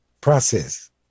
process